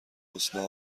حسن